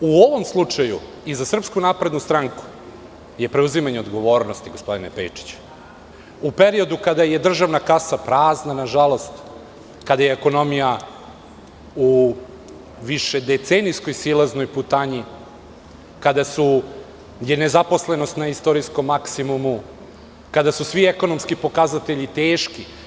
U ovom slučaju i za Srpsku naprednu stranku je preuzimanje odgovornosti gospodine Pejčiću, u periodu kada je državna kasa prazna nažalost, kada je ekonomija u višedecenijskoj silaznoj putanji, kada je nezaposlenost na istorijskom maksimumu, kada su svi ekonomski pokazatelji teški.